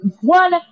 one